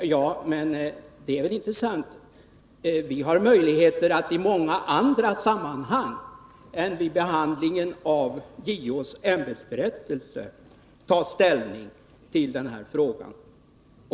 Men det är inte sant. Vi har möjligheter att i många andra sammanhang än vid behandlingen av JO:s ämbetsberättelse ta ställning till denna fråga.